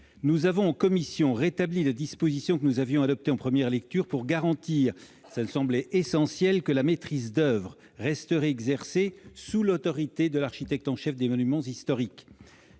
Nous avons rétabli en commission la disposition que nous avions adoptée en première lecture pour garantir- c'est un point essentiel -que la maîtrise d'oeuvre resterait exercée sous l'autorité de l'architecte en chef des monuments historiques.